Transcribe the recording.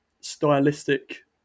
stylistic